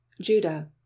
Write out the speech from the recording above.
Judah